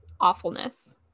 awfulness